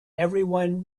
everyone